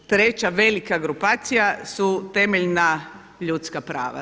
I treća velika grupacija su temeljna ljudska prava.